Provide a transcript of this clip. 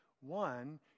One